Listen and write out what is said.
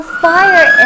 fire